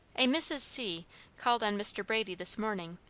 a mrs. c called on mr. brady this morning,